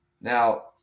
Now